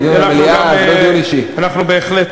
זה דיון, ואנחנו גם,